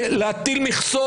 להטיל מכסות,